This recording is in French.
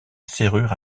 serrure